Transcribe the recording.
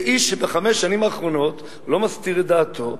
לאיש שבחמש השנים האחרונות לא מסתיר את דעתו,